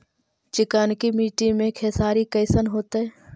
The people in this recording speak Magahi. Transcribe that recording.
चिकनकी मट्टी मे खेसारी कैसन होतै?